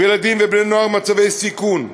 וילדים ובני-נוער במצבי סיכון,